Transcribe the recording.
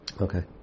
Okay